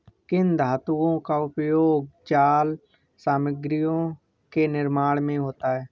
किन धातुओं का उपयोग जाल सामग्रियों के निर्माण में होता है?